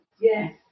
Yes